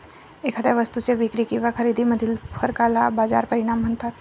एखाद्या वस्तूच्या विक्री किंवा खरेदीमधील फरकाला बाजार परिणाम म्हणतात